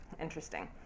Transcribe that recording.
interesting